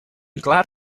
glad